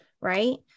right